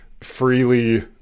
freely